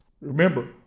Remember